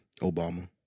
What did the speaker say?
Obama